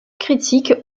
critiques